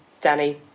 Danny